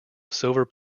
silver